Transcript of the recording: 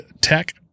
tech